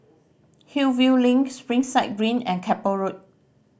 Hillview Link Springside Green and Keppel Road